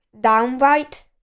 downright